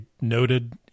noted